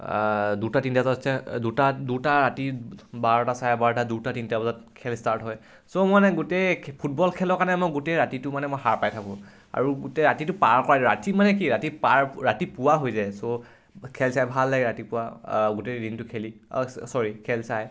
দুটা তিনটা বজাতছে দুটা দুটা ৰাতি বাৰটা চাৰে বাৰটা দুটা তিনটা বজাত খেল ষ্টাৰ্ট হয় চ' মানে গোটেই ফুটবল খেলৰ কাৰণে মই গোটেই ৰাতিটো মানে মই সাৰ পাই থাকোঁ আৰু গোটেই ৰাতিটো পাৰ কৰাই দিওঁ ৰাতি মানে কি ৰাতি পাৰ ৰাতি পুৱা হৈ যায় চ' খেল চাই ভাল লাগে ৰাতিপুৱা গোটেই দিনটো খেলি চৰী খেল চাই